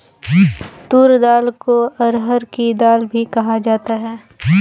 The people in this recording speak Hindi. तूर दाल को अरहड़ की दाल भी कहा जाता है